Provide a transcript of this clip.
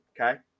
okay